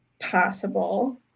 possible